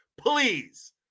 please